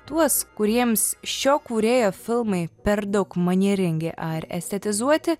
tuos kuriems šio kūrėjo filmai per daug manieringi ar estetizuoti